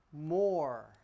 more